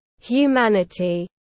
humanity